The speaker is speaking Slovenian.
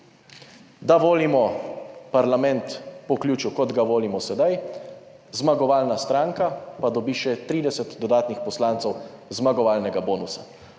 da volimo parlament po ključu kot ga volimo sedaj, zmagovalna stranka pa dobi še 30 dodatnih poslancev zmagovalnega bonusa.